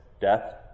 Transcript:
Death